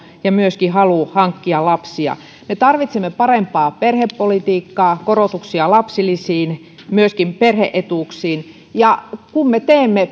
ja myöskin halu hankkia lapsia me tarvitsemme parempaa perhepolitiikkaa korotuksia lapsilisiin myöskin perhe etuuksiin ja kun me teemme